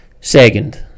Second